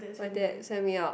my dad send me out